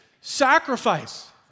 sacrifice